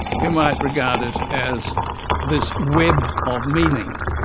you might regard it as this web of meaning.